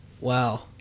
Wow